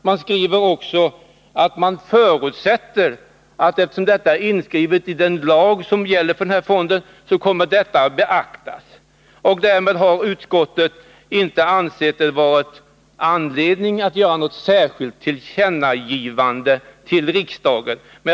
Utskottet anför också att eftersom motionens syfte väl stämmer med den lag som gäller för fondens utnyttjande, så förutsätter utskottet att motionen kommer att beaktas. Därmed har utskottet inte ansett det nödvändigt att göra något särskilt tillkännagivande från riksdagens sida.